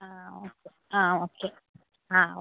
ആ ഓക്കെ ആ ഓക്കെ ആ ഓക്കെ